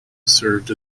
served